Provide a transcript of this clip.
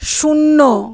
শূন্য